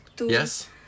Yes